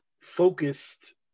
focused